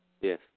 Yes